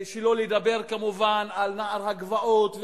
שלא לדבר כמובן על נוער הגבעות,